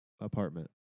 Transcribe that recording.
apartment